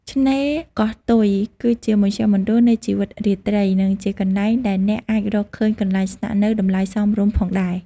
ឆ្នេរកោះទុយ គឺជាមជ្ឈមណ្ឌលនៃជីវិតរាត្រី និងជាកន្លែងដែលអ្នកអាចរកឃើញកន្លែងស្នាក់នៅតម្លៃសមរម្យផងដែរ។